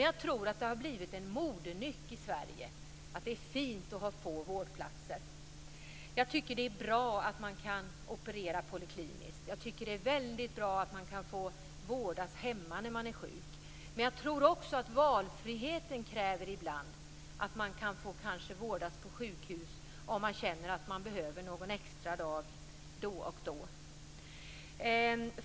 Jag tror att det har blivit en modenyck i Sverige, att det är fint att ha få vårdplatser. Jag tycker att det är bra att man opererar polikliniskt. Jag tycker att det är väldigt bra att man kan få vårdas hemma när man är sjuk. Men jag tror också att valfriheten ibland kräver att man kanske kan få vårdas på sjukhus om man känner att man behöver någon extra dag då och då.